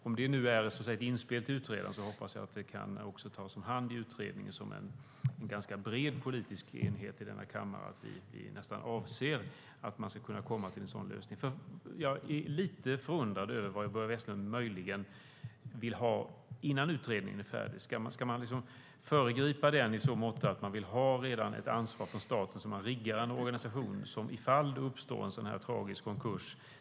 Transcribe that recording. Om det är ett inspel till utredaren hoppas jag att det kan tas om hand i utredningen som en ganska bred politisk enighet och att kammaren nästan avser att man ska kunna komma till en sådan lösning. Jag är dock lite förundrad över vad Börje Vestlund möjligen vill ha innan utredningen är färdig. Ska man föregripa den i så måtto att man vill att staten redan nu tar ett ansvar och riggar en organisation som ska kunna rycka in ifall det uppstår en sådan här tragisk konkurs?